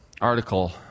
article